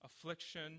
affliction